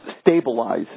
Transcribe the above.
stabilize